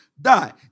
Die